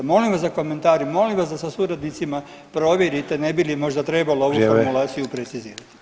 Molim vas za komentar i molim vas da sa suradnicima provjerite ne bi li možda trebalo ovu formulaciju precizirati.